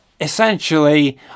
essentially